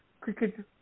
Cricket